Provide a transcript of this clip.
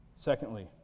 Secondly